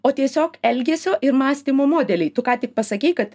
o tiesiog elgesio ir mąstymo modeliai tu ką tik pasakei kad